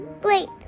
great